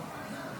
בעד,